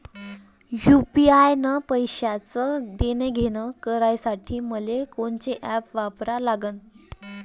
UPI न पैशाचं देणंघेणं करासाठी मले कोनते ॲप वापरा लागन?